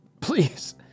please